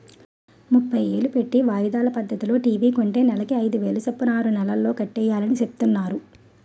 ముప్పై ఏలు పెట్టి వాయిదాల పద్దతిలో టీ.వి కొంటే నెలకి అయిదేలు సొప్పున ఆరు నెలల్లో కట్టియాలని సెప్తున్నారు